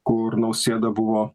kur nausėda buvo